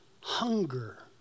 hunger